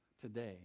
today